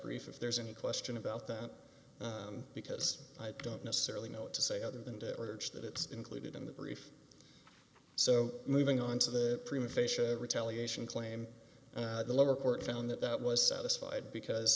brief if there's any question about that because i don't necessarily know what to say other than to urge that it's included in the brief so moving on to the prima facia retaliation claim the lower court found that that was satisfied because